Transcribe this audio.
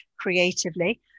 creatively